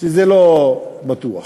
לא בטוח.